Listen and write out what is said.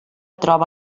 troba